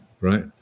Right